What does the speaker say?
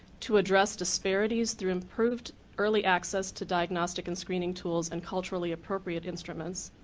to address disparities through improved early access to diagnostic and screening tools and culturally appropriate instruments,